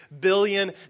billion